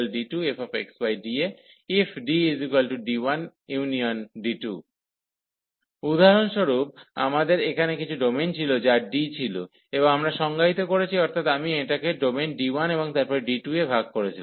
∬DfxydA∬D1fxydA∬D2fxydAifDD1D2 উদাহরণস্বরূপ আমাদের এখানে কিছু ডোমেন ছিল যা D ছিল এবং আমরা সংজ্ঞায়িত করেছি অর্থাৎ আমি এটাকে ডোমেন D1 এবং তারপরে D2 এ ভাগ করেছিলাম